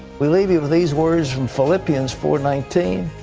we leave you with these words from philippians four nineteen.